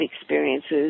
experiences